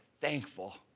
thankful